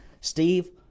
Steve